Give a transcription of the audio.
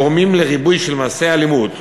גורמים לריבוי של מעשי אלימות,